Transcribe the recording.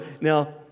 now